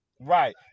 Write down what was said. Right